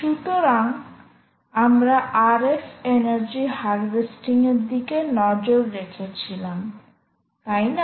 সুতরাং আমরা RF energy harvesting এর দিকে নজর রেখেছিলাম তাই না